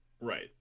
Right